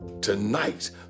tonight